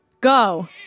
go